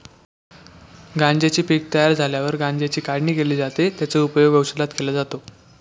गांज्याचे पीक तयार झाल्यावर गांज्याची काढणी केली जाते, त्याचा उपयोग औषधात केला जातो